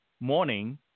morning